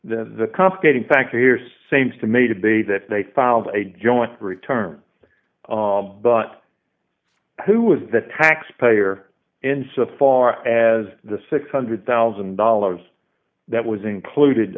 the complicating factor here same's to me to be that they filed a joint return but who was the taxpayer insofar as the six hundred thousand dollars that was included